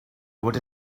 fod